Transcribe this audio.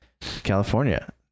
California